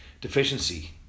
deficiency